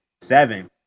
seven